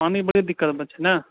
पानि बड़ि दिक्कतमे छै ने